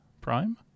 Prime